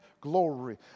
glory